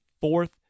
fourth